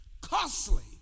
costly